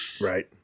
Right